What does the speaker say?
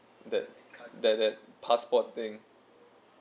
that that that passport thing